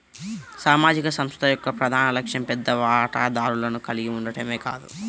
సామాజిక సంస్థ యొక్క ప్రధాన లక్ష్యం పెద్ద వాటాదారులను కలిగి ఉండటమే కాదు